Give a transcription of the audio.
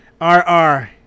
R-R